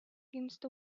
against